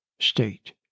state